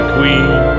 Queen